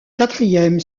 quatrième